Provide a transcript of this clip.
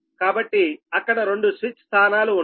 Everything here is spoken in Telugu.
కాబట్టి అక్కడ రెండు స్విచ్ స్థానాలు ఉంటాయి